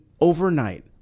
overnight